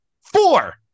Four